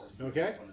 Okay